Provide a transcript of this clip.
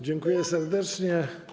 Dziękuję serdecznie.